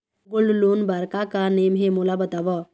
Gold loan बार का का नेम हे, मोला बताव?